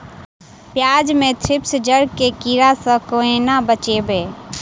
प्याज मे थ्रिप्स जड़ केँ कीड़ा सँ केना बचेबै?